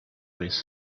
with